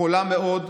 חולה מאוד,